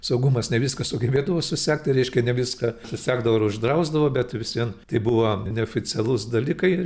saugumas ne viską sugebėdavo susekt tai reiškia ne viską susekdavo ir uždrausdavo bet vis vien tai buvo neoficialus dalykai